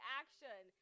action